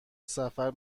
سفر